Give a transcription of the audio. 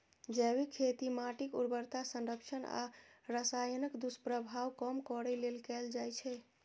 जैविक खेती माटिक उर्वरता संरक्षण आ रसायनक दुष्प्रभाव कम करै लेल कैल जाइ छै